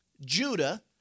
Judah